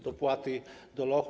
Dopłaty do loch.